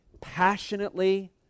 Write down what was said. passionately